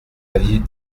avis